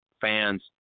fans